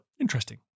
interesting